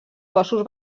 cossos